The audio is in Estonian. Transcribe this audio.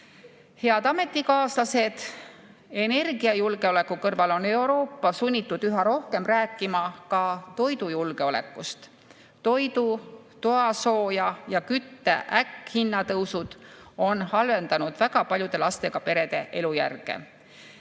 Head ametikaaslased! Energiajulgeoleku kõrval on Euroopa sunnitud üha rohkem rääkima toidujulgeolekust. Toidu, toasooja ja kütte äkkhinnatõusud on halvendanud väga paljude lastega perede elujärge.